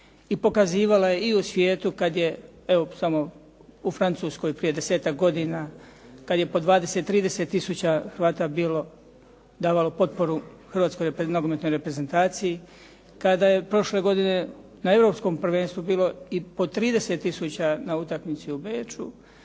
I pokazivala je i u svijetu kada je, evo samo u Francuskoj prije 10-ak godina kada je po 20, 30 tisuća Hrvata bilo, davalo potporu Hrvatskoj nogometnoj reprezentaciji, kada je prošle godine na Europskom prvenstvu bilo i po 30 tisuća na utakmici u Beču.